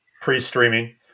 pre-streaming